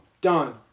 Done